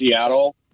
Seattle